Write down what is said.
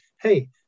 hey